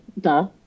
Duh